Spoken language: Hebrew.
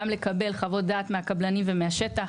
גם כדי לקבל חוות דעת מהקבלים ומהשטח.